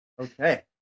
okay